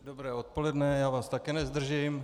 Dobré odpoledne, já vás také nezdržím.